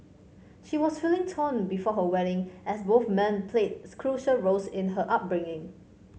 she was feeling torn before her wedding as both men played crucial roles in her upbringing